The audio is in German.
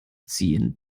ziehen